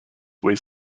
weighs